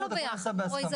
זה לא ביחד, רועי.